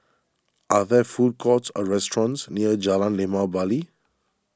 are there food courts or restaurants near Jalan Limau Bali